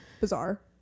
Bizarre